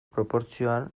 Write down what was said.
proportzioan